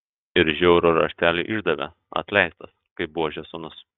ir žiaurų raštelį išdavė atleistas kaip buožės sūnus